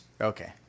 Okay